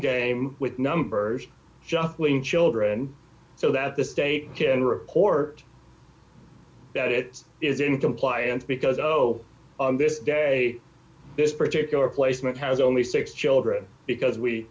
game with numbers juggling children so that the state can report that it is in compliance because oh on this day this particular placement has only six children because we